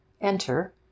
enter